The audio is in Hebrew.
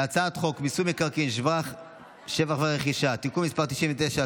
חוק מיסוי מקרקעין (שבח ורכישה) (תיקון מס' 99),